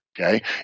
okay